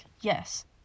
yes